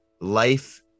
life